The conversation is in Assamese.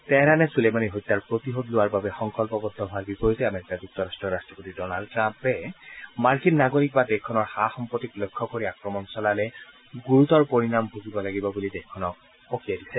তেহৰানে চুলেমানিৰ হত্যাৰ প্ৰতিশোধ লোৱাৰ বাবে সংকল্পবদ্ধ হোৱাৰ বিপৰীতে আমেৰিকা যুক্তৰাট্টৰ ৰাট্টপতি ডনাল্ড ট্টাম্পে মাৰ্কিন নাগৰিক বা দেশখনৰ সা সম্পত্তিক লক্ষ্য কৰি আক্ৰমণ চলালে গুৰুতৰ পৰিণাম ভুগিব লাগিব বুলি দেশখনক সকীয়াই দিছে